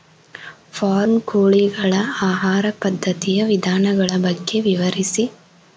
form ಕೋಳಿಗಳ ಆಹಾರ ಪದ್ಧತಿಯ ವಿಧಾನಗಳ ಬಗ್ಗೆ ವಿವರಿಸಿ